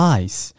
ice